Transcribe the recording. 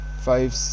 five